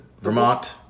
Vermont